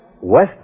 West